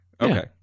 okay